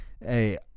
Hey